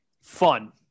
fun